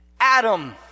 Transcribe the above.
Adam